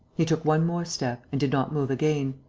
he took one more step and did not move again.